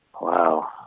Wow